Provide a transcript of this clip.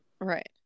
right